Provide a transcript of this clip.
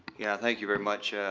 yeah thank you very much.